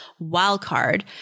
wildcard